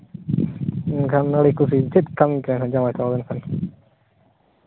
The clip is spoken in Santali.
ᱢᱮᱱᱠᱷᱟᱱ ᱟᱹᱰᱤ ᱠᱩᱥᱤ ᱪᱮᱫ ᱠᱟᱹᱢᱤ ᱜᱮᱭᱟᱭ ᱡᱟᱶᱟᱭ ᱠᱚᱲᱟ ᱢᱮᱱᱠᱷᱟᱱ